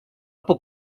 puc